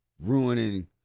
ruining